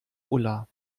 ulla